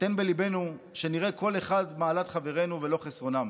תן בליבנו שנראה כל אחד מעלות חברינו ולא חסרונם,